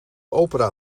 opera